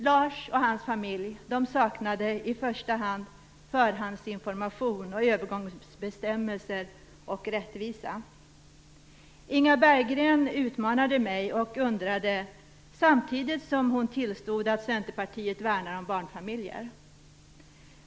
Lars och hans familj saknade i första hand förhandsinformation, övergångsbestämmelser och rättvisa. Inga Berggren utmanade mig nyss och hade undringar, samtidigt som hon tillstod att Centerpartiet värnar om barnfamiljerna.